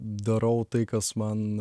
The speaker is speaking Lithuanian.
darau tai kas man